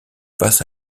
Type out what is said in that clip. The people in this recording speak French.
passe